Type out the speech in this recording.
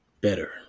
better